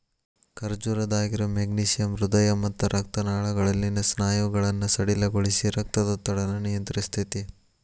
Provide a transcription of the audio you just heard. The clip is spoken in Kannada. ಖರ್ಜೂರದಾಗಿರೋ ಮೆಗ್ನೇಶಿಯಮ್ ಹೃದಯ ಮತ್ತ ರಕ್ತನಾಳಗಳಲ್ಲಿನ ಸ್ನಾಯುಗಳನ್ನ ಸಡಿಲಗೊಳಿಸಿ, ರಕ್ತದೊತ್ತಡನ ನಿಯಂತ್ರಸ್ತೆತಿ